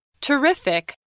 Terrific